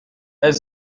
est